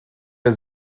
der